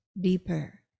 deeper